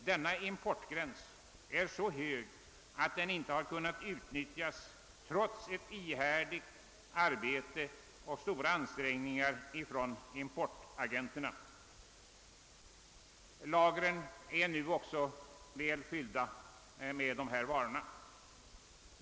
Denna importgräns är så hög att den — trots ihärdigt arbete och stora ansträngningar från importagenturernas sida — inte kunnat utnyttjas. Lagren är nu också väl fyllda.